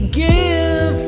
give